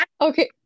Okay